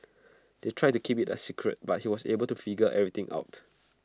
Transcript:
they tried to keep IT A secret but he was able to figure everything out